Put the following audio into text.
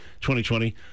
2020